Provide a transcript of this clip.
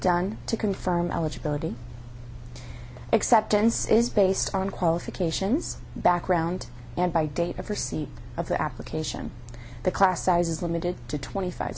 done to confirm eligibility acceptance is based on qualifications background and by date of her c of the application the class sizes limited to twenty five